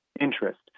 interest